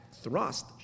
thrust